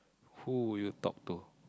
who would you talk to